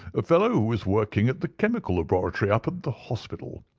a fellow who is working at the chemical laboratory up at the hospital.